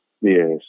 Yes